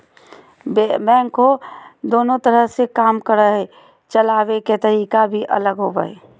backhoe दोनों तरह से काम करो हइ, चलाबे के तरीका भी अलग होबो हइ